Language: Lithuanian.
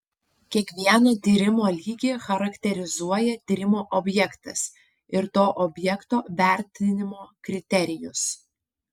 kiekvieną tyrimo lygį charakterizuoja tyrimo objektas ir to objekto vertinimo kriterijus